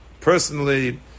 personally